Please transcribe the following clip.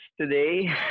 today